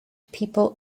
people